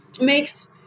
makes